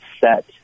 set